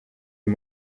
the